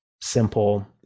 simple